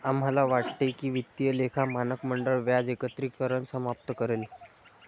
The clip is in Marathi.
आम्हाला वाटते की वित्तीय लेखा मानक मंडळ व्याज एकत्रीकरण समाप्त करेल